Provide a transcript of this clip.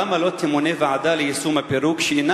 למה לא תמונה ועדה ליישום הפירוק שאינה